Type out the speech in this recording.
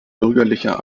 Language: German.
bürgerlicher